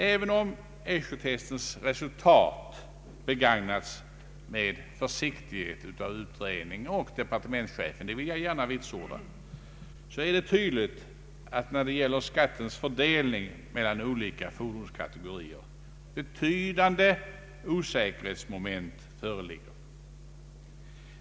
Även om AASHO-testens resultat begagnats med försiktighet av utredningen och departementschefen — det vill jag gärna vitsorda — är det tydligt att när det gäller skattens fördelning mellan olika fordonskategorier betydande osäkerhetsmoment föreligger.